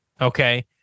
Okay